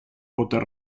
potere